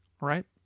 Right